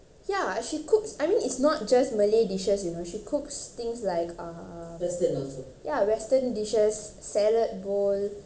ya she cooks I mean it's not just malay dishes you know she cooks things like ah ya western dishes salad bowl